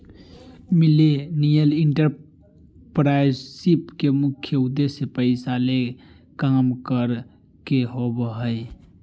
millennial entrepreneurship के मुख्य उद्देश्य पैसा ले काम करे के होबो हय